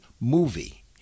movie